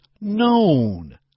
known